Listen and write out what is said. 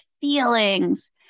feelings